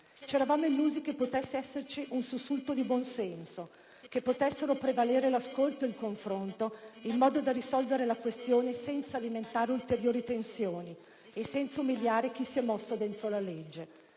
Ci eravamo illusi che potesse esserci un sussulto di buon senso, che potessero prevalere l'ascolto e il confronto, in modo da risolvere la questione senza alimentare ulteriori tensioni e senza umiliare chi si è mosso dentro la legge.